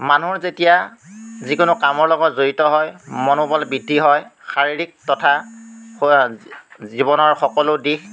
মানুহ যেতিয়া যিকোনো কামৰ লগত জড়িত হয় মনোবল বৃদ্ধি হয় শাৰীৰিক তথা জীৱনৰ সকলো দিশ